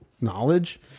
knowledge